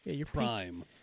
prime